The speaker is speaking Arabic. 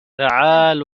تعال